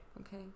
Okay